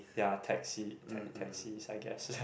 ya taxi taxis I guess